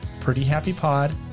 prettyhappypod